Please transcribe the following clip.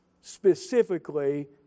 specifically